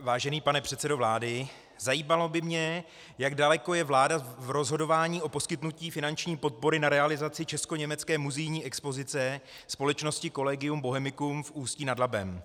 Vážený pane předsedo vlády, zajímalo by mě, jak daleko je vláda v rozhodování o poskytnutí finanční podpory na realizaci českoněmecké muzejní expozice společnosti Collegium Bohemicum v Ústí nad Labem.